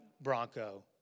bronco